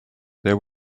there